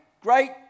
great